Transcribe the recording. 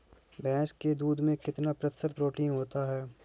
भैंस के दूध में कितना प्रतिशत प्रोटीन होता है?